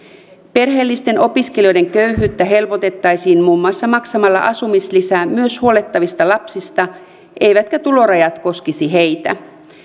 perheellisten opiskelijoiden köyhyyttä helpotettaisiin muun muassa maksamalla asumislisää myös huollettavista lapsista eivätkä tulorajat koskisi heitä